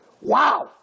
wow